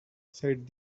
said